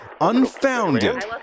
unfounded